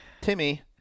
Timmy